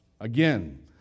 Again